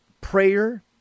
prayer